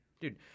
Dude